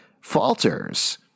falters